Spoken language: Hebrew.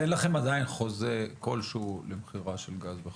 אין לכם עדיין חוזה כלשהו למכירה של גז.